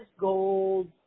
gold